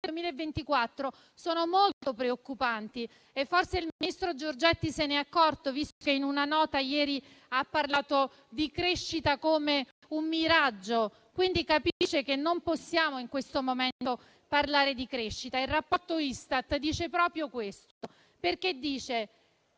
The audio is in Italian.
2024 sono molto preoccupanti e forse il ministro Giorgetti se n'è accorto, visto che in una nota ieri ha parlato di crescita come un miraggio, quindi si rende conto che in questo momento non possiamo parlare di crescita. Il rapporto Istat dice proprio questo, perché